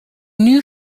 new